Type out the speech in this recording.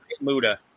Muda